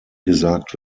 gesagt